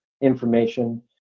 information